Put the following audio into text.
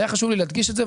היה חשוב לי להדגיש את זה,